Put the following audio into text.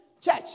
church